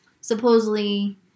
supposedly –